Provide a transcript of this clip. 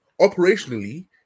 Operationally